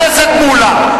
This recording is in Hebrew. חבר הכנסת מולה,